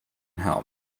help